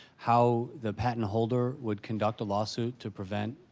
how the patent holder would conduct a lawsuit to prevent